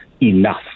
enough